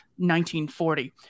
1940